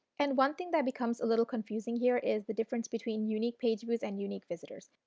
and one thing that becomes a little confusing here is the difference between unique page views and unique visitors.